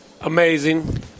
Amazing